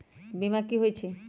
बीमा कि होई छई?